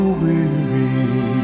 weary